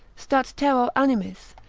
stat terror animis,